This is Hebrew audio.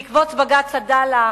בעקבות בג"ץ "עדאלה",